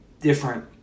different